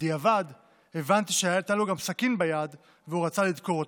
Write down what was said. בדיעבד הבנתי שהייתה לו גם סכין ביד והוא רצה לדקור אותנו.